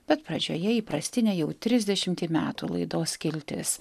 bet pradžioje įprastinė jau trisdešimtį metų laidos skiltis